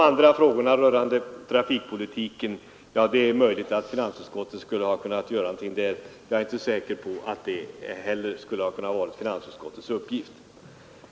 I frågorna rörande trafikpolitiken är jag heller inte säker på att detta skulle ha kunnat vara finansutskottets uppgift.